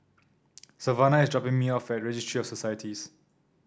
Savannah is dropping me off at Registry of Societies